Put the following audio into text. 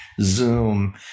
Zoom